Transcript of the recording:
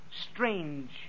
Strange